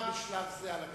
בשלב זה על הגשת,